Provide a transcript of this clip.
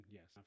yes